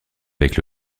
avec